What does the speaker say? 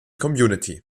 community